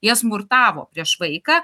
jie smurtavo prieš vaiką